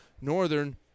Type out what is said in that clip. Northern